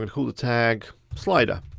gonna call the tag slider.